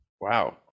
Wow